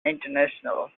international